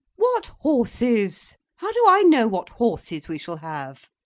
what horses? how do i know what horses we shall have?